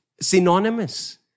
synonymous